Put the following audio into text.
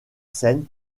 scène